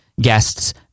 guests